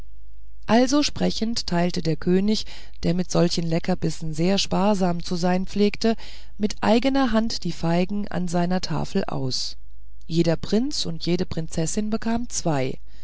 also sprechend teilte der könig der mit solchen leckerbissen sehr sparsam zu sein pflegte mit eigener hand die feigen an seiner tafel aus jeder prinz und jede prinzessin bekam zwei